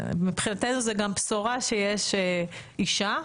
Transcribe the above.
מבחינתנו זו גם בשורה שיש אישה,